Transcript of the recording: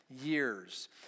years